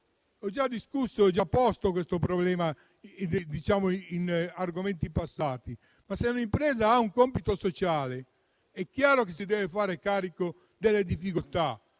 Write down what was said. ho già posto questo problema in passato, ma se un'impresa ha un compito sociale, è chiaro che si deve fare carico delle difficoltà: